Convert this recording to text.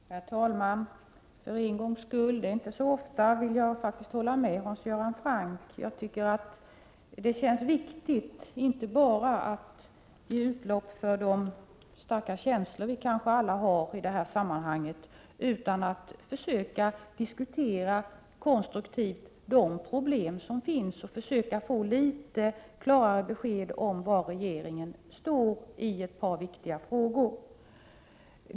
Herr talman! För en gångs skull — det är inte så ofta — vill jag hålla med Hans Göran Franck. Jag tycker att det känns viktigt inte bara att ge utlopp för de starka känslor vi kanske alla har i det här sammanhanget utan också att försöka diskutera konstruktivt de problem som finns och försöka få litet klarare besked om var regeringen står i ett par viktiga frågor.